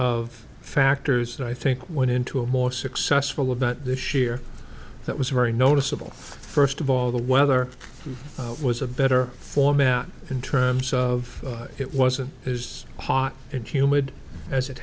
of factors that i think went into a more successful about this year that was very noticeable first of all the weather was a better format in terms of it wasn't as hot and humid as it